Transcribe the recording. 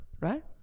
right